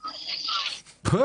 נכון,